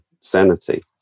sanity